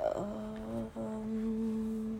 err um